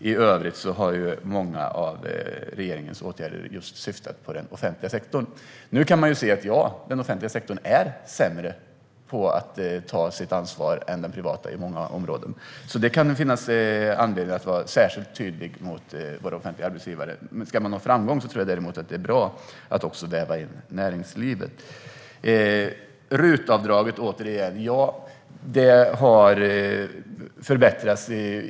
I övrigt har många av regeringens åtgärder syftat på just den offentliga sektorn. Ja, den offentliga sektorn är sämre än den privata när det gäller att ta sitt ansvar på många områden. Det kan finnas anledning att vara särskilt tydlig mot våra offentliga arbetsgivare. Ska man nå framgång tror jag dock att det är bra att också väva in näringslivet. Låt mig återkomma till RUT-avdraget. Ja, det har förbättrats.